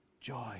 joy